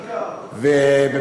על החקיקה, מה זה?